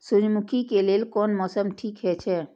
सूर्यमुखी के लेल कोन मौसम ठीक हे छे?